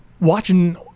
Watching